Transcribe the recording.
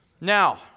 Now